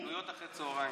ופעילויות אחר הצוהריים.